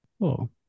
Cool